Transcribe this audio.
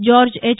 George H